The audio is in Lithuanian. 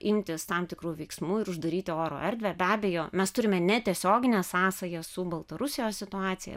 imtis tam tikrų veiksmų ir uždaryti oro erdvę be abejo mes turime ne tiesioginę sąsają su baltarusijos situacija